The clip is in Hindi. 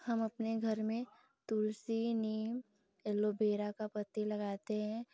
हम अपने घर में तुलसी नीम एलोवेरा की पत्तियाँ लगाते हैं